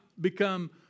Become